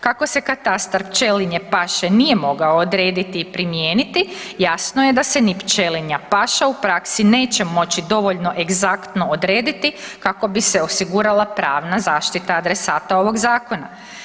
Kako se katastar pčelinje paše nije mogao odrediti i primijeniti jasno je da se ni pčelinja paša u praksi neće moći dovoljno egzaktno odrediti kako bi se osigurala pravna zaštita adresata ovog zakona.